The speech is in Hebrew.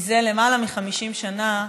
זה למעלה מ-50 שנה,